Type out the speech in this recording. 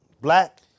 black